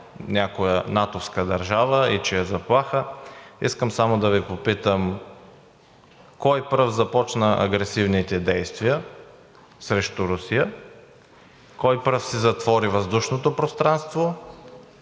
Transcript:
някоя натовска държава и че е заплаха, искам само да Ви попитам: кой пръв започна агресивните действия срещу Русия; кой пръв си затвори въздушното пространство;